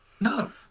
No